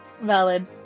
Valid